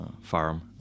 farm